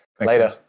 later